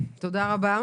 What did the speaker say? תודה רבה.